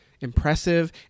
impressive